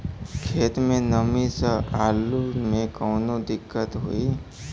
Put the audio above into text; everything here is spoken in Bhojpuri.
खेत मे नमी स आलू मे कऊनो दिक्कत होई?